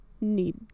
need